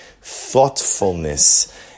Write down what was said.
thoughtfulness